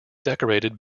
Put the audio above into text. decorated